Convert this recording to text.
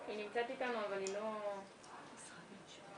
אתי ליבמן עפאי הקשבנו